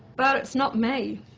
but it's not me.